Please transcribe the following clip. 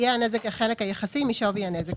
יהיה הנזק החלק היחסי משווי הנזק,